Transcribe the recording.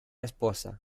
esposa